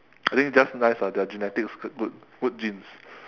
I think just nice lah their genetics good good genes